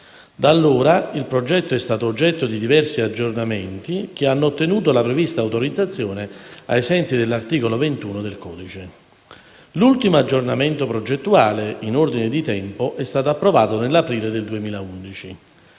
Da allora il progetto è stato oggetto di diversi aggiornamenti che hanno ottenuto la prevista autorizzazione ai sensi dell'articolo 21 del codice. L'ultimo aggiornamento progettuale in ordine di tempo è stato approvato nell'aprile del 2011.